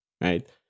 right